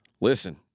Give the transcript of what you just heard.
Listen